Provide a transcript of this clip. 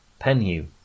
Penhu